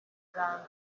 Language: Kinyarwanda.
ganza